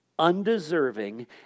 Undeserving